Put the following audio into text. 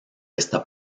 esta